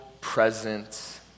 presence